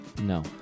No